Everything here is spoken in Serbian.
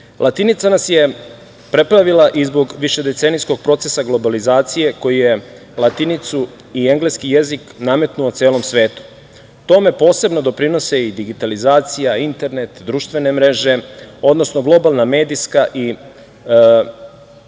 društvo. Latinica nas je preplavila i zbog višedecenijskog procesa globalizacije, koju je latinicu i engleski jezik nametnuo celom svetu. Tome posebno doprinose i digitalizacija, internet, društvene mreže, odnosno globalna medijska povezanost